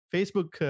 Facebook